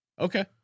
Okay